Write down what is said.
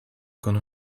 gonna